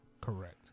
Correct